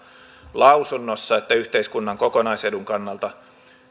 lausunnossa että yhteiskunnan kokonaisedun kannalta